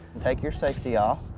take your safety off.